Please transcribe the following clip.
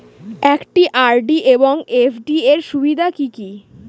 একটি আর.ডি এবং এফ.ডি এর সুবিধা কি কি?